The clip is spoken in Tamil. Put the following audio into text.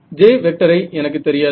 J ஐ எனக்கு தெரியாது